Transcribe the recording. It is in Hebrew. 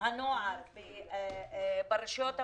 הנוער ברשויות המקומיות.